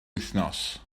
wythnos